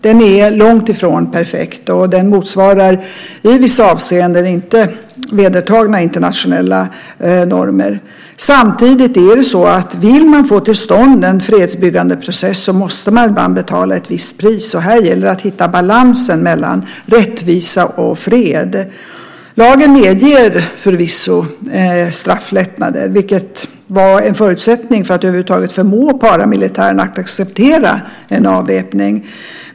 Den är långtifrån perfekt, och den motsvarar i vissa avseenden inte vedertagna internationella normer. Samtidigt är det så att vill man få till stånd en fredsbyggande process måste man ibland betala ett visst pris. Här gäller det att hitta en balans mellan rättvisa och fred. Lagen medger förvisso strafflättnader, vilket var förutsättningen för att över huvud taget få paramilitären att acceptera en avväpning.